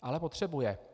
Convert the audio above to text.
Ale potřebuje.